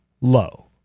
low